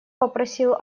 попросил